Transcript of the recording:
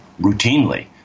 routinely